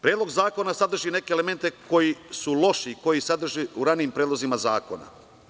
Predlog zakona sadrži neke elemente koji su loši i koji sadrži u ranijim predlozima zakona.